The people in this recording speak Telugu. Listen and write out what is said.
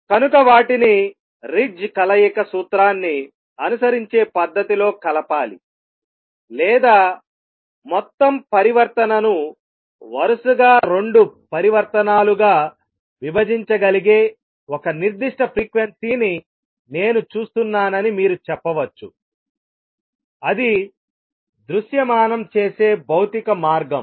కనుకవాటిని రిట్జ్ కలయిక సూత్రాన్ని అనుసరించే పద్ధతిలో కలపాలి లేదా మొత్తం పరివర్తనను వరుసగా రెండు పరివర్తనాలుగా విభజించగలిగే ఒక నిర్దిష్ట ఫ్రీక్వెన్సీని నేను చూస్తున్నానని మీరు చెప్పవచ్చు అది దృశ్యమానం చేసే భౌతిక మార్గం